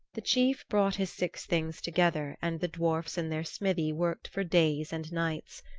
the chief brought his six things together and the dwarfs in their smithy worked for days and nights.